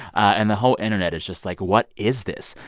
and the whole internet is just like, what is this?